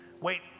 wait